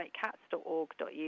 cats.org.uk